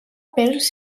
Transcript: pels